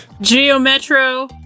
Geo-metro